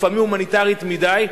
לפעמים הומניטרית מדי,